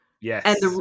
Yes